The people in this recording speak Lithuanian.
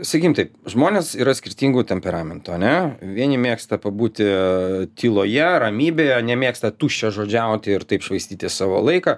sakykim taip žmonės yra skirtingų temperamentų ane vieni mėgsta pabūti tyloje ramybėje nemėgsta tuščiažodžiauti ir taip švaistyti savo laiką